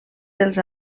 dels